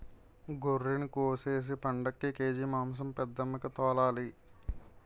గొర్రినికోసేసి పండక్కి కేజి మాంసం పెద్దమ్మికి తోలాలి